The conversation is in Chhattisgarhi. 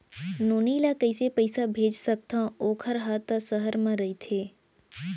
नोनी ल कइसे पइसा भेज सकथव वोकर हा त सहर म रइथे?